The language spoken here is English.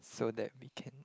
so that we can